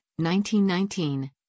1919